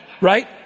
Right